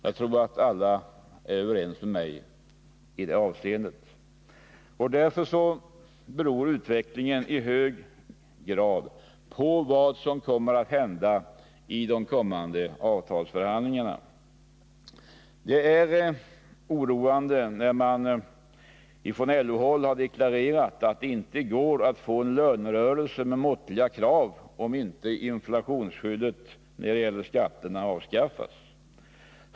Jag tror att alla är överens med mig i det avseendet. Utvecklingen beror i hög grad på vad som händer i de kommande avtalsförhandlingarna. Det är oroande när man från LO-håll deklarerar att det inte går att få en ”lönerörelse med måttliga krav”, om inte inflationsskyddet när det gäller skatterna avskaffas.